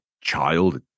child